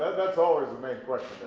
that's always the main question